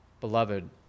Beloved